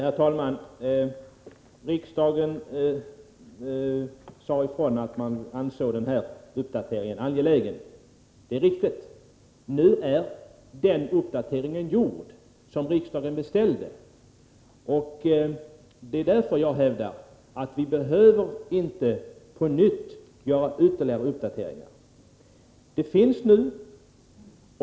Herr talman! Riksdagen ansåg att den här uppdateringen var angelägen — det är riktigt. Nu är den uppdatering som riksdagen beställde gjord, och det är därför jag hävdar att vi inte på nytt behöver göra ytterligare uppdateringar.